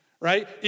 right